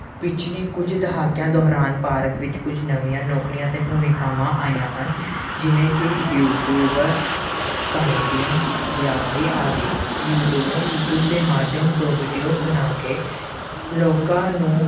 ਪਿਛਲੇ ਕੁਝ ਦਹਾਕਿਆਂ ਦੌਰਾਨ ਭਾਰਤ ਵਿੱਚ ਕੁਝ ਨਵੀਆਂ ਨੌਕਰੀਆਂ ਅਤੇ ਭੂਮਿਕਾਵਾਂ ਆਈਆਂ ਹਨ ਜਿਵੇਂ ਕਿ ਯੂਟਿਊਬਰ ਕਮੇਡੀਅਨ ਯਾਤਰੀ ਆਦਿ ਯੂਟਿਊਬਰ ਯੂਟਿਊਬ ਦੇ ਮਾਧਿਅਮ ਤੋਂ ਵੀਡੀਓਜ ਬਣਾ ਕੇ ਲੋਕਾਂ ਨੂੰ